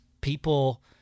people